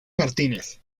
martínez